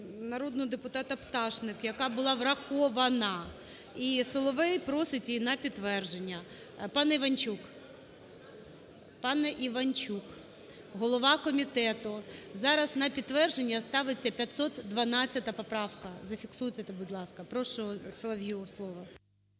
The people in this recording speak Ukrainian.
народного депутата Пташник, яка була врахована. І Соловей просить її на підтвердження. Пане Іванчук! Пане Іванчук! Голова комітету, зараз на підтвердження ставиться 512 поправка. Зафіксуйте це, будь ласка. Прошу Солов'ю слово.